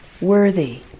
worthy